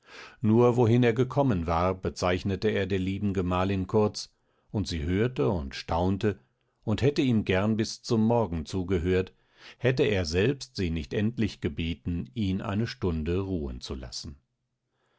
nur wohin er gekommen war bezeichnete er der lieben gemahlin kurz und sie hörte und staunte und hätte ihm gern bis zum morgen zugehört hätte er selbst sie nicht endlich gebeten ihn eine stunde ruhen zu lassen